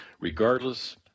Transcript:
Regardless